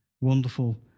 Wonderful